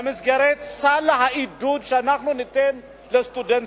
במסגרת סל העידוד שאנחנו ניתן לסטודנטים,